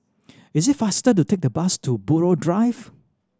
is it faster to take the bus to Buroh Drive